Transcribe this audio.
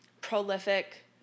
prolific